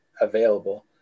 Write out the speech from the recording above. available